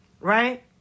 right